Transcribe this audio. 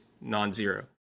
non-zero